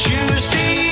Tuesday